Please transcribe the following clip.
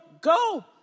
go